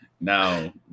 now